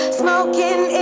smoking